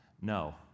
no